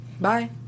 bye